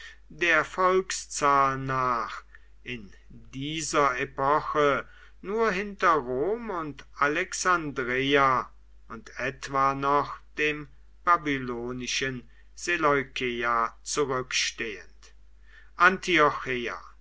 der volkszahl nach in dieser epoche nur hinter rom und alexandreia und etwa noch dem babylonischen seleukeia zurückstehend